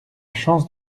chance